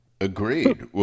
Agreed